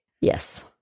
Yes